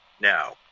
now